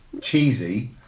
Cheesy